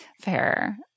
Fair